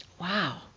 Wow